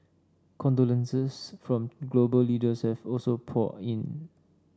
condolences from global leaders have also poured in